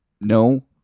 no